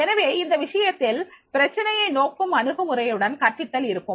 எனவே இந்த விஷயத்தில் பிரச்சனையை நோக்கும் அணுகுமுறையுடன் கற்பித்தல் இருக்கும்